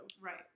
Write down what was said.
Right